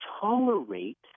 tolerate